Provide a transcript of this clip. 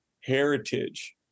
heritage